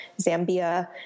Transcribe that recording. Zambia